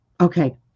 okay